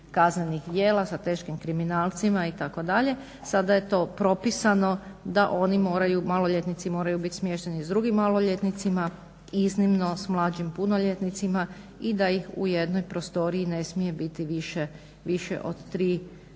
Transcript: kaznenih djela, sa teškim kriminalcima itd. Sada je to propisano da oni moraju, maloljetnici moraju biti smješteni s drugim maloljetnicima i iznimno s mlađim punoljetnicima, i da ih u jednoj prostoriji ne smije biti više od 3